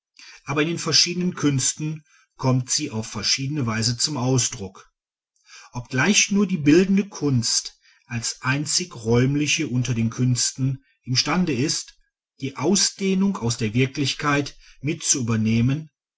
aber in den verschiedenen künsten kommt sie auf verschiedene weise zum ausdruck obgleich nur die bildende kunst als einzig räumliche unter den künsten imstande ist die ausdehnung aus der wirklichkeit mit zu übernehmen